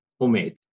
homemade